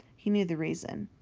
he knew the reason.